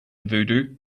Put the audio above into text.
voodoo